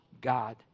God